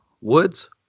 Woods